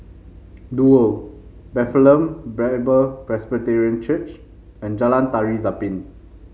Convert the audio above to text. Duo Bethlehem Bible Presbyterian Church and Jalan Tari Zapin